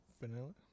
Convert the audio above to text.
Vanilla